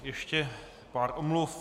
Ještě pár omluv.